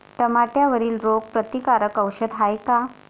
टमाट्यावरील रोग प्रतीकारक औषध हाये का?